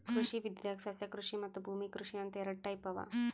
ಕೃಷಿ ವಿದ್ಯೆದಾಗ್ ಸಸ್ಯಕೃಷಿ ಮತ್ತ್ ಭೂಮಿ ಕೃಷಿ ಅಂತ್ ಎರಡ ಟೈಪ್ ಅವಾ